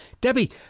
Debbie